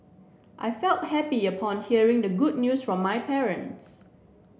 I felt happy upon hearing the good news from my parents